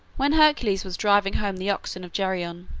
when hercules was driving home the oxen of geryon,